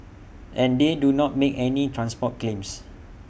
and they do not make any transport claims